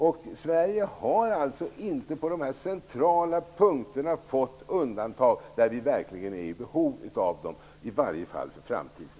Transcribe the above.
På dessa centrala punkter där Sverige verkligen är i behov av ett undantag -- i alla fall inför framtiden -- har vi inte fått några undantag.